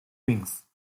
wings